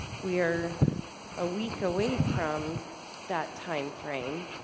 we are a week away from that time frame